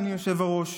אדוני היושב-ראש,